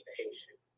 patient